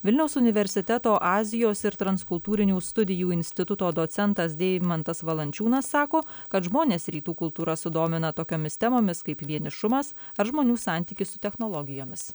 vilniaus universiteto azijos ir transkultūrinių studijų instituto docentas deimantas valančiūnas sako kad žmones rytų kultūra sudomina tokiomis temomis kaip vienišumas ar žmonių santykis su technologijomis